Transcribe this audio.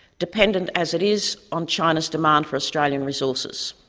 dependent as it is on china's demand for australian resources?